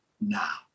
now